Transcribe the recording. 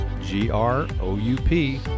g-r-o-u-p